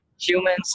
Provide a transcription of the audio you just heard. humans